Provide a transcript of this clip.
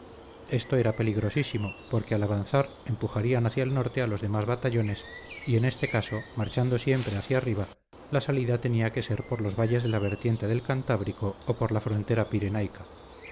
esto era peligrosísimo porque al avanzar empujarían hacia el norte a los demás batallones y en este caso marchando siempre hacia arriba la salida tenía que ser por los valles de la vertiente del cantábrico o por la frontera pirenaica